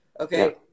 Okay